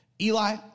Eli